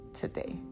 today